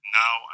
now